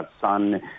son